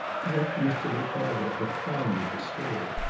he left mr. ricardo profoundly disturbed.